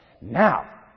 Now